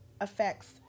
affects